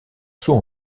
saut